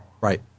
Right